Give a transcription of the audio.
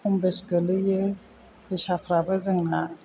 खम बेस गोलैयो फैसाफ्राबो जोंहा